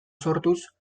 sortuz